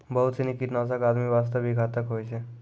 बहुत सीनी कीटनाशक आदमी वास्तॅ भी घातक होय छै